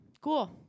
Cool